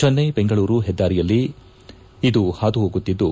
ಚೆನ್ನೈ ಬೆಂಗಳೂರು ಹೆದ್ದಾರಿಯಲ್ಲಿ ಇದು ಹಾದುಹೋಗುತ್ತಿದ್ದು